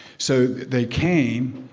so, they came,